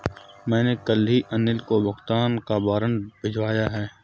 मैंने कल ही अनिल को भुगतान का वारंट भिजवाया है